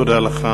תודה לך.